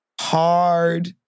hard